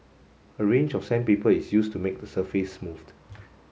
a range of sandpaper is used to make the surface smooth